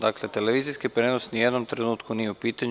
Dakle, televizijski prenos ni u jednom trenutku nije u pitanju.